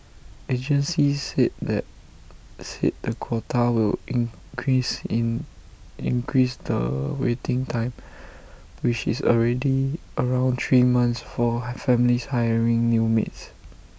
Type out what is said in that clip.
agencies said that said the quota will increase in increase the waiting time which is already around three months for families hiring new maids